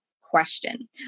question